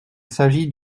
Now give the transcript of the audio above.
s’agit